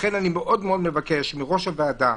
לכן אני מאוד מאוד מבקש מיושב-ראש הוועדה,